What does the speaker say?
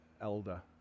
elder